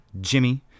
jimmy